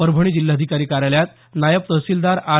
परभणी जिल्हाधिकारी कार्यालयात नायब तहसीलदार आर